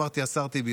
אמרתי השר טיבי,